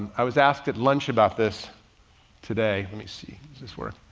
i was asked at lunch about this today. let me see, is this worth,